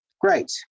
Great